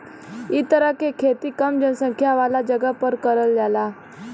इ तरह के खेती कम जनसंख्या वाला जगह पर करल जाला